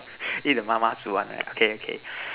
eat the 妈妈煮 one right okay okay